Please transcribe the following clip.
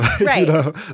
right